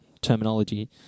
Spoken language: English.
terminology